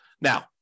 Now